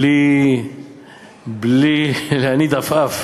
בלי להניד עפעף.